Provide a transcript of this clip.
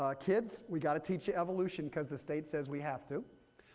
ah kids, we've got to teach you evolution because the state says we have to.